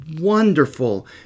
wonderful